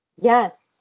Yes